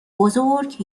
بزرگ